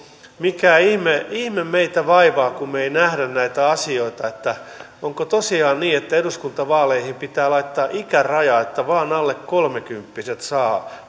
mikä ihme ihme meitä vaivaa kun me emme näe näitä asioita onko tosiaan niin että eduskuntavaaleihin pitää laittaa ikäraja että vain alle kolmekymppiset saavat